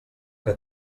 que